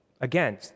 Again